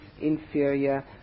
inferior